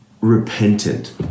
repentant